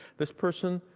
this person,